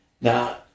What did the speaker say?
now